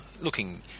looking